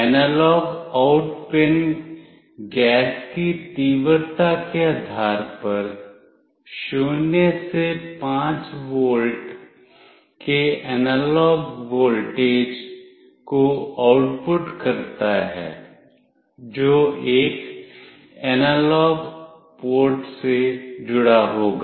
analogue out pin gas की तीव्रता के आधार पर 0 से 5 वोल्ट के एनालॉग वोल्टेज को आउटपुट करता है जो एक एनालॉग पोर्ट से जुड़ा होगा